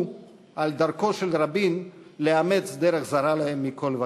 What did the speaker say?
על דרכו של רבין לאמץ דרך זרה להם מכול וכול.